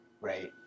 right